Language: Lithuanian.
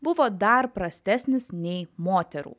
buvo dar prastesnis nei moterų